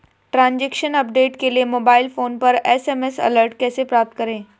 Transaction update के लिए mobile phone पर एस.एम.एस अलर्ट कैसे प्राप्त करें?